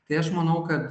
tai aš manau kad